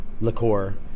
liqueur